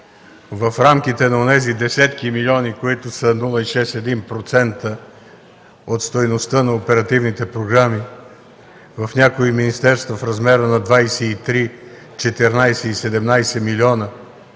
в рамките на онези десетки милиони, които са 0,6-1% от стойността на оперативните програми, в някои министерства са в размер на 23 – 14 и 17 милиона,